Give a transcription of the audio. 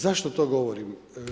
Zašto to govorim?